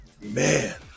man